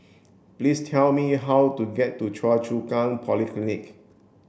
please tell me how to get to Choa Chu Kang Polyclinic